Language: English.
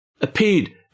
appeared